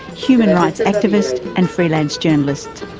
human rights activist and freelance journalist.